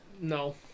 No